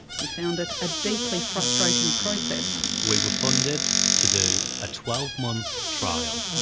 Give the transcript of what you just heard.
he found it a deeply frustrating process. we were funded to do a twelve month trial,